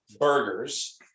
burgers